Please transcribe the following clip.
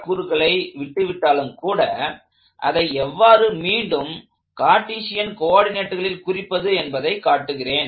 கூறுகளை விட்டு விட்டாலும் கூட அதை எவ்வாறு மீண்டும் கார்ட்டீசியன் கோஆர்டினேட்களில் குறிப்பது என்பதை காட்டுகிறேன்